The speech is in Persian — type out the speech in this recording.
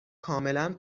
کاملا